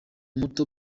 muto